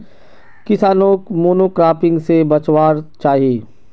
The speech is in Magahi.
किसानोक मोनोक्रॉपिंग से बचवार चाही